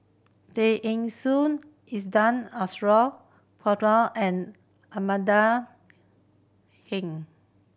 Tay Eng Soon Azura and Amanda Heng